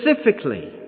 specifically